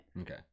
Okay